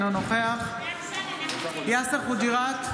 אינו נוכח יאסר חוג'יראת,